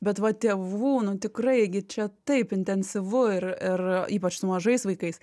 bet va tėvų nu tikrai gi čia taip intensyvu ir ir ypač su mažais vaikais